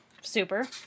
Super